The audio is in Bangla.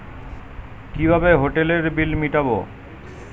কিভাবে হোটেলের বিল মিটাব?